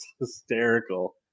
hysterical